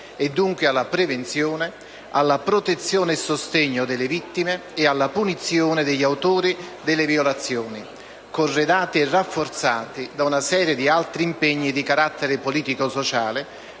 e dunque alla prevenzione, alla protezione e sostegno delle vittime e alla punizione degli autori delle violazioni, corredati e rafforzati da una serie di altri impegni di carattere politico e sociale,